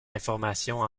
informations